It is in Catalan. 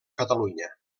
catalunya